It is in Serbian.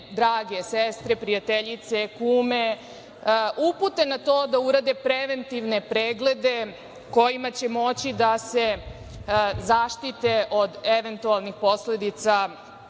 drage sestre, prijateljice, kume upute na to da urade preventivne preglede kojima će moći da se zaštite od eventualnih posledica